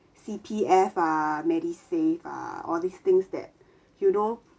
C_P_F ah medisave ah all these things that you know